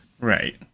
right